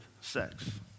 sex